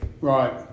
Right